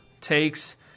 takes